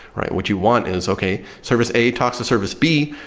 right? what you want is okay, service a talks to service b,